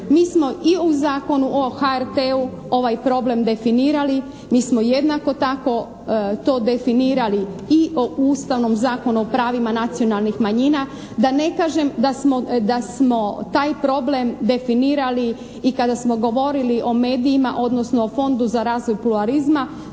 Mi smo i u Zakonu o HRT-u ovaj problem definirali, mi smo jednako tako to definirali i u Ustavnom zakonu o pravima nacionalnih manjina, da ne kažem da smo taj problem definirali i kada smo govorili o medijima, odnosno o Fondu za razvoj pluralizma,